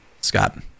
scott